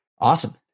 Awesome